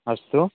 अस्तु